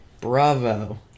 Bravo